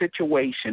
situation